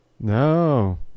No